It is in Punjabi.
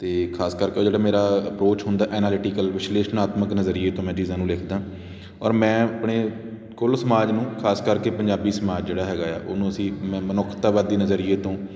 ਅਤੇ ਖਾਸ ਕਰਕੇ ਉਹ ਜਿਹੜਾ ਮੇਰਾ ਅਪਰੋਚ ਹੁੰਦਾ ਐਨਾਲੀਟੀਕਲ ਵਿਸ਼ਲੇਸ਼ਣਾਤਮਕ ਨਜ਼ਰੀਏ ਤੋਂ ਮੈਂ ਚੀਜ਼ਾਂ ਨੂੰ ਲਿਖਦਾਂ ਔਰ ਮੈਂ ਆਪਣੇ ਕੁੱਲ ਸਮਾਜ ਨੂੰ ਖਾਸ ਕਰਕੇ ਪੰਜਾਬੀ ਸਮਾਜ ਜਿਹੜਾ ਹੈਗਾ ਏ ਆ ਉਹਨੂੰ ਅਸੀਂ ਮ ਮਨੁੱਖਤਾਵਾਦੀ ਨਜ਼ਰੀਏ ਤੋਂ